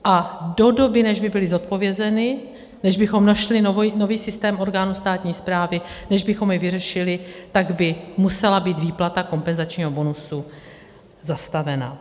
A do doby, než by byly zodpovězeny, než bychom našli nový systém orgánů státní správy, než bychom jej vyřešili, tak by musela být výplata kompenzačního bonusu zastavena.